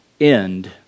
end